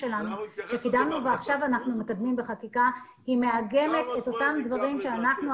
שקידמנו ועכשיו אנחנו מקדמים בחקיקה היא מעגנת את אותם דברים שאנחנו,